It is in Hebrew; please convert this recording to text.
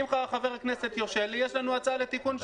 אם חבר הכנסת ירשה לי, יש לנו הצעה לתיקון.